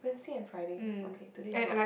Wednesday and Friday okay today is not